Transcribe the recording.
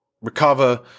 recover